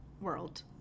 world